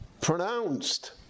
pronounced